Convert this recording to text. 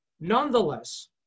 Nonetheless